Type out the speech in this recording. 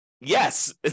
yes